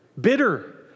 bitter